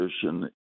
position